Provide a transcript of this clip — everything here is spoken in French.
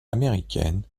américaine